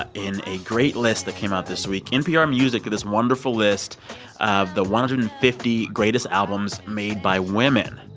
ah in a great list that came out this week. npr music did this wonderful list of the one hundred and fifty greatest albums made by women.